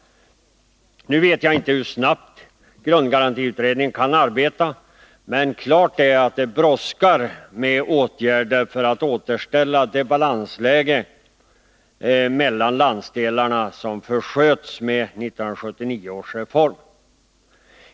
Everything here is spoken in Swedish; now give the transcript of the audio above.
Nu vet jag inte hur snabbt grundgarantiutredningen kan arbeta, men klart är att det brådskar med att vidta åtgärder för att återställa det balansläge mellan landsdelarna som försköts genom 1979 års reform.